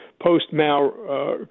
post-Mao